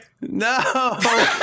No